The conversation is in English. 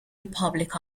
republic